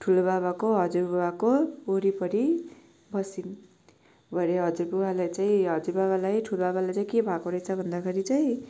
ठुलोबाबाको हजुरबाबाको वरिपरि बस्यौँ भरे हजुरबुवालाई चाहिँ हजुरबाबालाई ठुलाबाबा चाहिँ के भएको रहेछ भन्दाखेरि चाहिँ